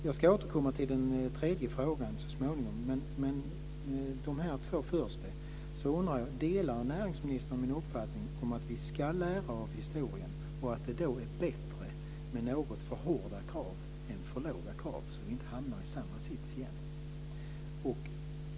Jag ska återkomma till min tredje fråga så småningom. Jag undrar för det första om näringsministern delar min uppfattning att vi ska lära av historien och att det då är bättre med något för hårda krav än för låga krav, så att vi inte hamnar i samma sits igen.